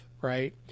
Right